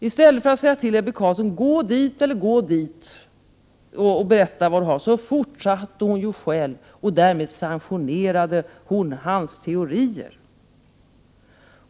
I stället för att säga till Ebbe Carlsson att gå dit eller dit och berätta vad han hade att säga, så fortsatte Anna-Greta Leijon själv att lyssna på honom. Därmed sanktionerade hon hans teorier.